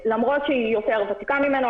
למרות שהיא יותר ותיקה ממנו,